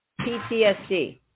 PTSD